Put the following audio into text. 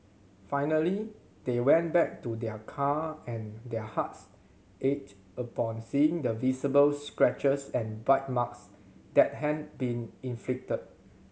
finally they went back to their car and their hearts ached upon seeing the visible scratches and bite marks that had been inflicted